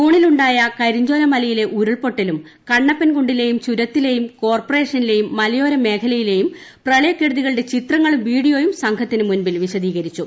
ജൂണിലുണ്ടായ കരിഞ്ചോലമലയിലെ ഉരുൾപൊട്ടലും കണ്ണപ്പൻകുണ്ടിലെയും ചുരത്തിലെയും കോർപറേഷനിലെയും മലയോരമേഖലയിലെയും പ്രളയക്കെടുതികളുടെ ചിത്രങ്ങളും വീഡിയോയും സംഘത്തിന് മുമ്പിൽ വിശദീകരിച്ചു